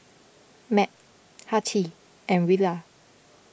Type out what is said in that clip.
Mat Hattie and Rilla